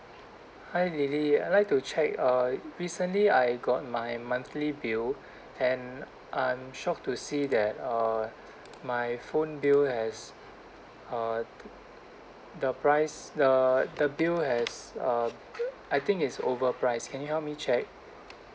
hi lily I'd like to check uh recently I got my monthly bill and I'm shocked to see that uh my phone bill has uh the price the the bill has uh I think is overprice can you help me check